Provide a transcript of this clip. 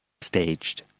staged